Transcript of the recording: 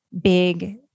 big